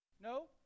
No